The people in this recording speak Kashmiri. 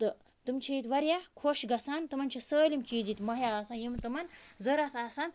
تہٕ تِم چھِ ییٚتہِ واریاہ خۄش گژھان تِمَن چھِ سٲلِم چیٖز ییٚتہِ مہیا آسان یِم تِمَن ضوٚرَتھ آسَن